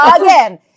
again